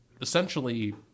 essentially